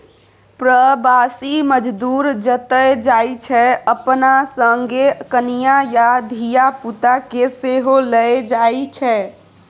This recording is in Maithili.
प्रबासी मजदूर जतय जाइ छै अपना संगे कनियाँ आ धिया पुता केँ सेहो लए जाइ छै